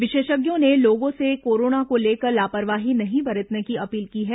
विशेषज्ञों ने लोगों को कोरोना को लेकर लापरवाही नहीं बरतने की अपील की है